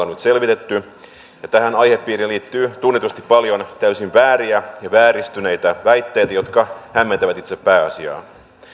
nyt selvitetty ja tähän aihepiiriin liittyy tunnetusti paljon täysin vääriä ja vääristyneitä väitteitä jotka hämmentävät itse pääasiaa